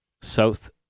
south